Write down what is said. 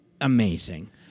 amazing